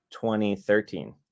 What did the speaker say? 2013